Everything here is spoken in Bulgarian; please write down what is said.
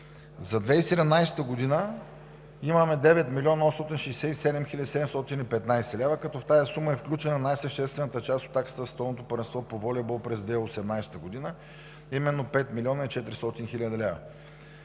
За 2017 г. имаме 9 млн. 867 хил. 715 лв., като в тази сума е включена най-съществената част от таксата за Световното първенство по волейбол през 2018 г., а именно 5 млн. 400 хил. лв.